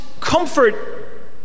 comfort